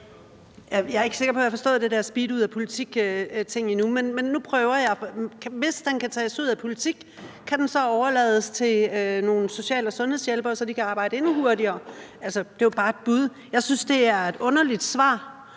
Jeg er ikke sikker på, jeg har forstået det der med at tage speed ud af politik, men nu prøver jeg. Hvis den kan tages ud af politik, kan den så overføres til nogle social- og sundhedshjælpere, så de kan arbejde endnu hurtigere? Altså, det er jo bare et bud. Jeg synes, det er et underligt svar.